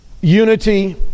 unity